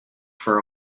for